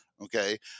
okay